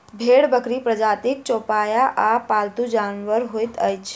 भेंड़ बकरीक प्रजातिक चौपाया आ पालतू जानवर होइत अछि